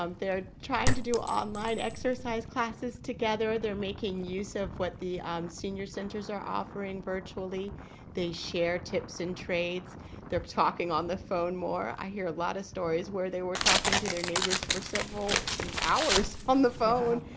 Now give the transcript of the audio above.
there trying to do online exercise classes together they're making use of what the i'm senior centers are offering virtually they share tips in trades they're talking on the phone more i hear a lot of stories where they were talking to their neighbors for several hours on the phone.